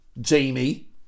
Jamie